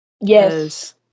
Yes